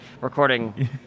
recording